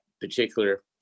particular